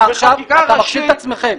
אתה מכשיל אתכם.